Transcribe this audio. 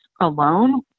alone